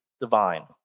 divine